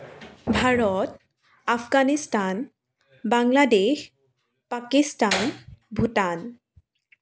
Bharat Afghanistan Bangladesh Pakistan Bhutan